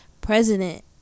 president